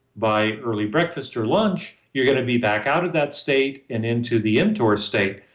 by early breakfast or lunch you're going to be back out of that state and into the mtor state.